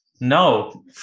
no